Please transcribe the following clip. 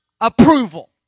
approval